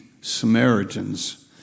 Samaritans